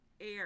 air